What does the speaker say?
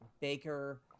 Baker